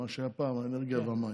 למה שהיה פעם האנרגיה והמים.